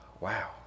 wow